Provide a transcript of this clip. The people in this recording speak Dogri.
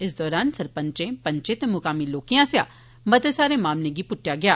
इस दौरान सरपंचें पंचें ते मुकामी लोकें आस्सेआ मते सारे मामलें गी पुट्टेआ गेआ